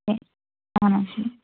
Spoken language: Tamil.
சரி ஆ நன்றி